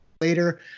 later